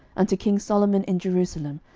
unto king solomon in jerusalem,